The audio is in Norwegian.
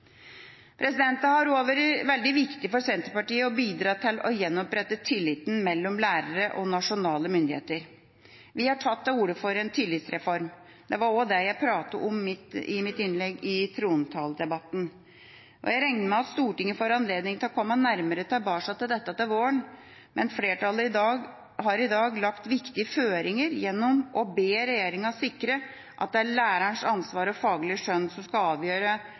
Det har også vært veldig viktig for Senterpartiet å bidra til å gjenopprette tilliten mellom lærere og nasjonale myndigheter. Vi har tatt til orde for en tillitsreform. Det var også dette jeg snakket om i mitt innlegg i trontaledebatten. Jeg regner med at Stortinget får anledning til å komme nærmere tilbake til dette til våren, men flertallet har i dag lagt viktige føringer gjennom å be «regjeringen sikre at det er lærernes ansvar og faglige skjønn som skal avgjøre